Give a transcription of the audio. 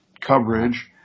coverage